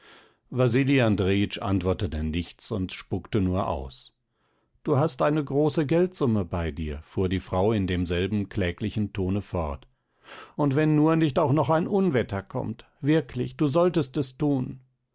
wasili andrejitsch antwortete nichts und spuckte nur aus du hast eine große geldsumme bei dir fuhr die frau in demselben kläglichen tone fort und wenn nur nicht auch noch ein unwetter kommt wirklich du solltest es tun